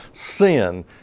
sin